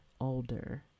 older